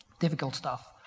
difficult stuff.